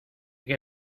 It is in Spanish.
que